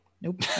Nope